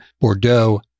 Bordeaux